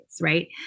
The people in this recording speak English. right